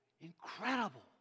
Incredible